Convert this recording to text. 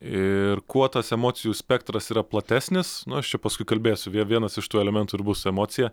ir kuo tas emocijų spektras yra platesnis nu aš čia paskui kalbėsiu vie vienas iš tų elementų ir bus emocija